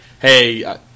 hey